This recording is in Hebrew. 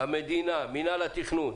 מנהל התכנון,